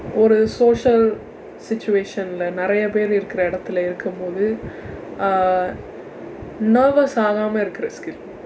ஒரு:oru social situation இல்ல நிறைய பேர் இருக்கிற இடத்தில இருக்கும் போது:illa niraiya peer irukkira idaththila irukkum poothu uh nervous ஆகாம இருக்கிற:aakaama irukkira skill